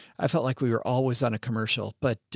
i felt like we were always on a commercial, but.